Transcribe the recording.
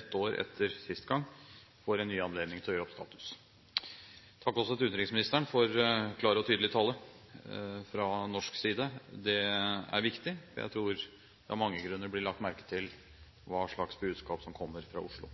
ett år etter siste gang, får en ny anledning til å gjøre opp status. Takk også til utenriksministeren for klar og tydelig tale fra norsk side. Det er viktig. Jeg tror det av mange grunner blir lagt merke til hva slags budskap som kommer fra Oslo.